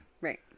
Right